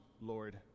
Lord